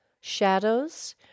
shadows